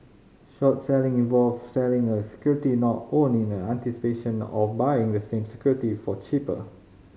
short selling involves selling a security not owned in a anticipation of buying the same security for cheaper